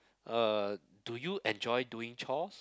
uh do you enjoy doing chores